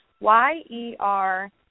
Y-E-R